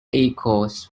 echoes